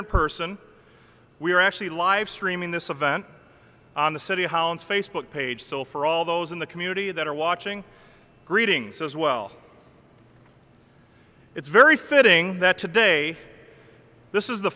in person we are actually live streaming this event on the city hall and facebook page so for all those in the community that are watching greetings as well it's very fitting that today this is the